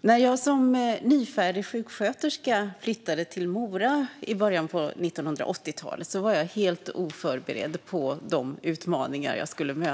När jag som nyfärdig sjuksköterska flyttade till Mora i början av 1980-talet var jag helt oförberedd på de utmaningar jag skulle möta.